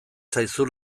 zaizu